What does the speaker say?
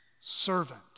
servant